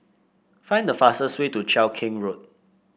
find the fastest way to Cheow Keng Road